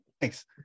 thanks